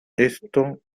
esto